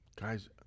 Guys